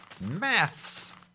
Maths